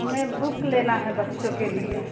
हमें बुक लेना है बच्चों के लिए